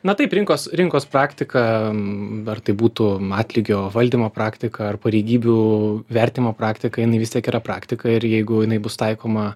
na taip rinkos rinkos praktika aaa ar tai būtų atlygio valdymo praktika ar pareigybių vertinimo praktika jinai vis tiek yra praktika ir jeigu jinai bus taikoma